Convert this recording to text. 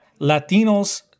Latinos—